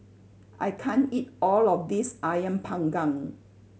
I can't eat all of this Ayam Panggang